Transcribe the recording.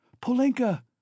Polenka